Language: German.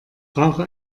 brauche